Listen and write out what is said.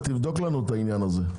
תבדוק לנו את העניין הזה.